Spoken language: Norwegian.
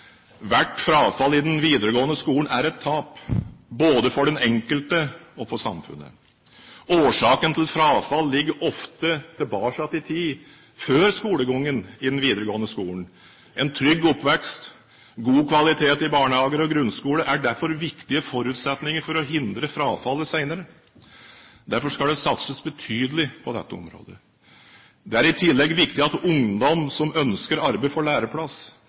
tap både for den enkelte og for samfunnet. Årsaken til frafall ligger ofte tilbake i tid, før skolegangen i den videregående skolen. En trygg oppvekst, god kvalitet i barnehage og grunnskole er derfor viktige forutsetninger for å hindre frafall senere. Derfor skal det satses betydelig på dette området. Det er i tillegg viktig at ungdom som ønsker arbeid, får læreplass,